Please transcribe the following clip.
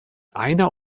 einer